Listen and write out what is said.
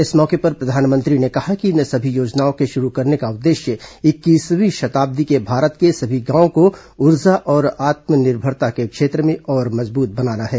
इस मौके पर प्रधानमंत्री ने कहा कि इन सभी योजनाओं के शुरू करने का उद्देश्य इक्कीसवीं शताब्दी के भारत के सभी गांव को ऊ जर्म और आत्मनिर्भरता के क्षेत्र में और मजबूत बनाना है